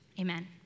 Amen